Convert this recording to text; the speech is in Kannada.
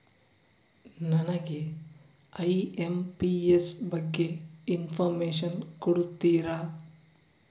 ನನಗೆ ಐ.ಎಂ.ಪಿ.ಎಸ್ ಬಗ್ಗೆ ಇನ್ಫೋರ್ಮೇಷನ್ ಕೊಡುತ್ತೀರಾ?